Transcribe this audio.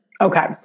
Okay